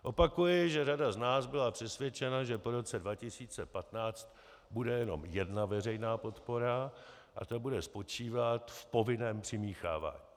Opakuji, že řada z nás byla přesvědčena, že po roce 2015 bude jenom jedna veřejná podpora a ta bude spočívat v povinném přimíchávání.